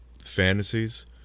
fantasies